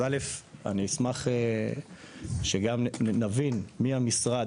אז אני אשמח שגם נבין, מי המשרד?